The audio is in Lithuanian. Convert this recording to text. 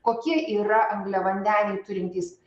kokie yra angliavandeniai turintys